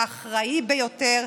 האחראי ביותר,